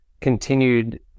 continued